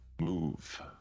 move